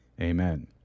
Amen